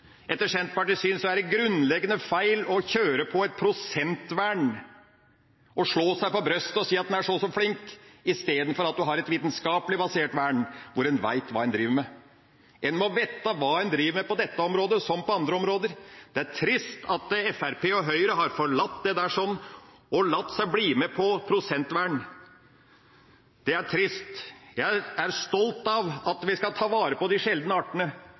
Etter Senterpartiets syn er det grunnleggende feil å kjøre på et prosentvern og slå seg på brystet og si at en er så og så flink, i stedet for at en har et vitenskapelig basert vern, hvor en vet hva en driver med. En må vite hva en driver med – på dette området som på andre områder. Det er trist at Fremskrittspartiet og Høyre har forlatt dette og blitt med på prosentvern. Det er trist. Jeg er stolt av at vi skal ta vare på de sjeldne artene.